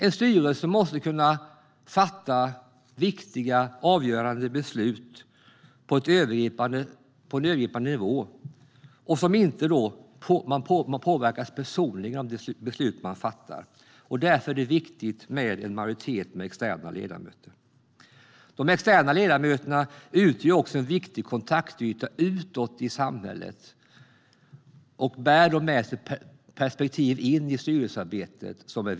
En styrelse måste kunna fatta viktiga, avgörande beslut på en övergripande nivå utan att de påverkas personligen av de beslut de fattar. Därför är det viktigt med en majoritet av externa ledamöter. De externa ledamöterna utgör också en viktig kontaktyta utåt i samhället, och de bär med sig viktiga perspektiv in i styrelsearbetet.